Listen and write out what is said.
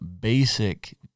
basic